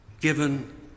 given